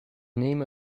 name